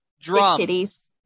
drums